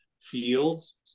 fields